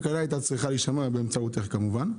הייתה צריכה להישמע באמצעותך כמובן,